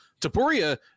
Tapuria